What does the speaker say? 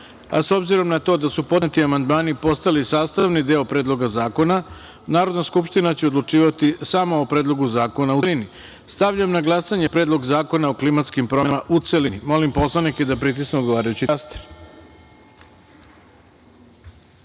a s obzirom na to da su podneti amandmani postali sastavni deo Predloga zakona, Narodna skupština će odlučivati samo o Predlogu zakona u celini. Stavljam na glasanje Predlog zakona o klimatskim promenama, u celini. Molim poslanike da pritisnu odgovarajući